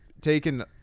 taken